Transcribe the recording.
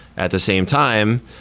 at the same time,